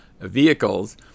vehicles